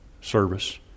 service